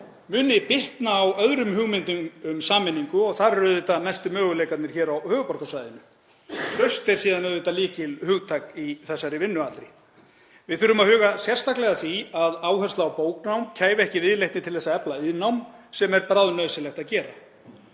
muni bitna á öðrum hugmyndum um sameiningu og þar eru auðvitað mestu möguleikarnir hér á höfuðborgarsvæðinu. Traust er síðan auðvitað lykilhugtak í þessari vinnu allri. Við þurfum að huga sérstaklega að því að áhersla á bóknám kæfi ekki viðleitni til þess að efla iðnnám sem er bráðnauðsynlegt að gera.